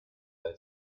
dai